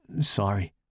Sorry